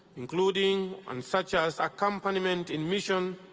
including and such as accompaniment in mission,